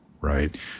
right